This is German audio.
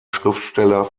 schriftsteller